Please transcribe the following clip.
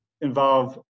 involve